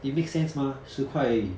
it make sense mah 十块而已